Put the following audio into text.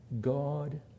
God